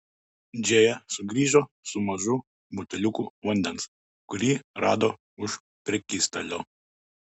džėja sugrįžo su mažu buteliuku vandens kurį rado už prekystalio